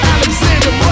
Alexander